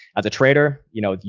as a trader, you know,